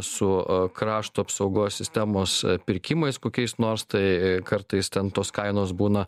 su krašto apsaugos sistemos pirkimais kokiais nors tai kartais ten tos kainos būna